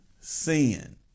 sin